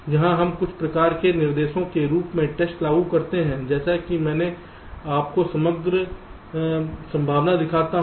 यहां हम कुछ प्रकार के निर्देशों के रूप में टेस्ट लागू करते हैं जैसे कि मैं आपको समग्र संभावना दिखाता हूं